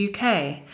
UK